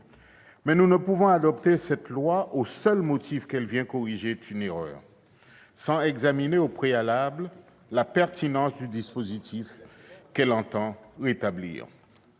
nous ne pouvons adopter cette proposition de loi au seul motif qu'elle vient corriger une erreur sans examiner au préalable la pertinence du dispositif qu'elle entend rétablir.